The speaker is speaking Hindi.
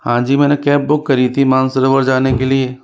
हाँ जी मैं ने कैब बुक करी थी मानसरोवर जाने के लिए